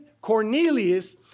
Cornelius